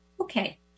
Okay